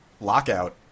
Lockout